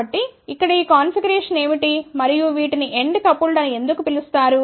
కాబట్టి ఇక్కడ ఈ కాన్ఫిగరేషన్ ఏమిటి మరియు వీటిని ఎండ్ కపుల్డ్ అని ఎందుకు పిలుస్తారు